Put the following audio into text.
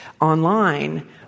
online